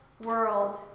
world